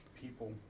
people